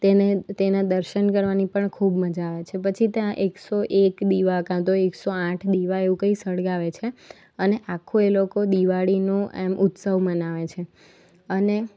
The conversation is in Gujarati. તેને તેના દર્શન કરવાની પણ ખૂબ મજા આવે છે પછી ત્યાં એક સો એક દીવા કાં તો એકસો આઠ દીવા એવું કંઈ સળગાવે છે અને આખું એ લોકો દિવાળીનું એમ ઉત્સવ મનાવે છે અને